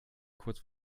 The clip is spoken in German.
kurz